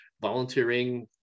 volunteering